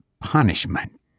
punishment